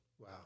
Wow